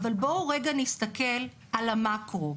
אבל בואו רגע נסתכל על המאקרו: